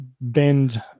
bend